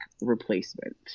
replacement